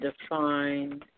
define